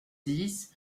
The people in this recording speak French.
dix